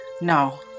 no